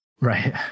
right